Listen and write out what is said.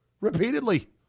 repeatedly